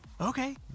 okay